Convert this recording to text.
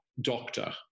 doctor